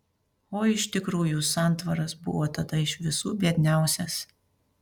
o iš tikrųjų santvaras buvo tada iš visų biedniausias